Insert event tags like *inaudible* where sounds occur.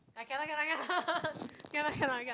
ah cannot cannot cannot *laughs* cannot cannot cannot